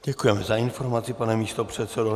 Děkujeme za informaci, pane místopředsedo.